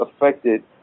affected